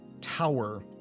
tower